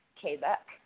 Quebec